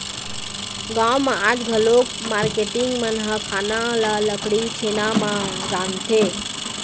गाँव म आज घलोक मारकेटिंग मन ह खाना ल लकड़ी, छेना म रांधथे